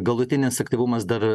galutinis aktyvumas dar